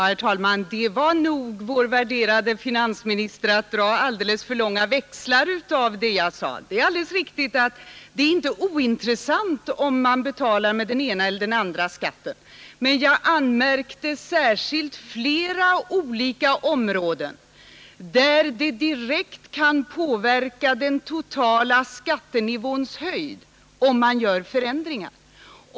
Herr talman! Det var nog, vår värderade finansminister, att dra alldeles för stora växlar på det jag sade. Det är alldeles riktigt att det inte är ointressant, om man betalar med den ena eller den andra skatten, men jag nämnde flera olika områden, där det direkt kan påverka den totala skattenivåns höjd, om det sker förändringar.